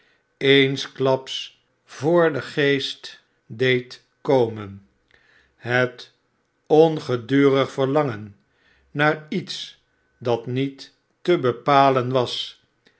eensklaps voor den geest deed komen het ongedurig verlangen naar lets dat niet te bepalen was